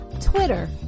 twitter